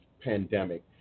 pandemic